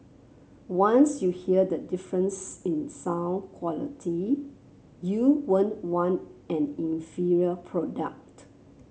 once you hear the difference in sound quality you won't want an inferior product